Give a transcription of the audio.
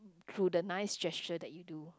through the nice gesture that you do